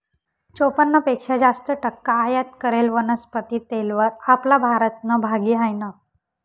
चोपन्न पेक्शा जास्त टक्का आयात करेल वनस्पती तेलवर आपला भारतनं भागी हायनं